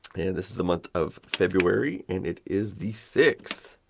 and this is the month of february and it is the sixth.